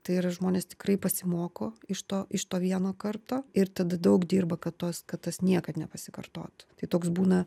tai ir žmonės tikrai pasimoko iš to iš to vieno karto ir tada daug dirba kad tos kad tas niekad nepasikartotų tai toks būna